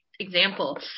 example